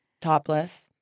Topless